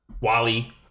Wally